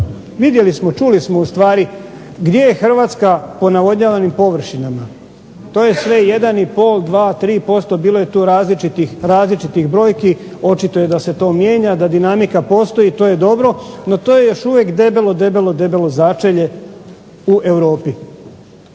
Vidjeli smo, čuli smo u stvari gdje je Hrvatska po navodnjavanim površinama. To je sve jedan i pol, dva, tri posto. Bilo je tu različitih brojki. Očito je da se to mijenja, da dinamika postoji. To je dobro, no to je još uvijek debelo, debelo začelje u Europi.